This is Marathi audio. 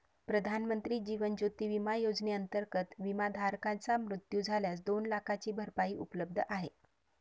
प्रधानमंत्री जीवन ज्योती विमा योजनेअंतर्गत, विमाधारकाचा मृत्यू झाल्यास दोन लाखांची भरपाई उपलब्ध आहे